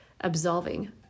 absolving